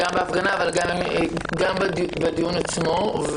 גם בהפגנה וגם בדיון עצמו.